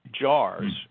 jars